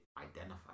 identify